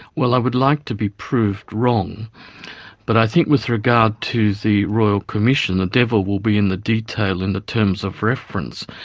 well i would like to be proved wrong but i think with regard to the royal commission, the devil will be in the detail in the terms of reference,